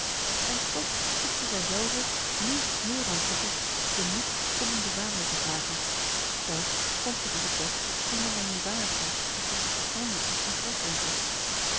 en toch miste zij zelve nu meer dan vroeger den moed om hem de waarheid af te vragen zelfs vond ze nog het best om hare meêwarigheid als te